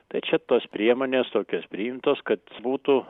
tai čia tos priemonės tokios priimtos kad būtų